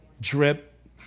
drip